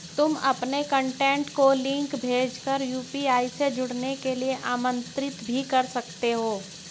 तुम अपने कॉन्टैक्ट को लिंक भेज कर यू.पी.आई से जुड़ने के लिए आमंत्रित भी कर सकते हो